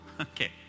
Okay